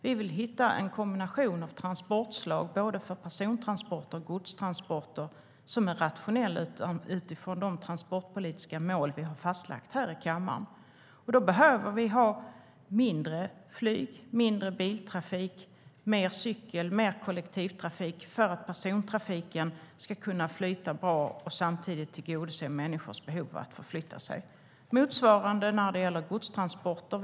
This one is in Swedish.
Vi vill hitta en kombination av transportslag för både persontransporter och godstransporter som är rationella utifrån de transportpolitiska mål vi har fastlagt i kammaren. Då behöver vi ha mindre flyg och biltrafik samt mer cykel och kollektivtrafik för att persontrafiken ska flyta bra och samtidigt tillgodose människors behov av att förflytta sig. Motsvarande gäller godstransporter.